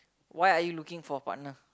why are you looking for partner